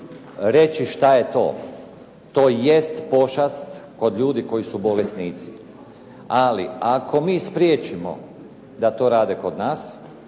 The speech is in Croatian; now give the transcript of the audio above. reći šta je to. To jest pošast kod ljudi koji su bolesnici, ali ako mi spriječimo da to rade kod nas,